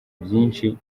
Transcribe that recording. byinshi